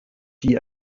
die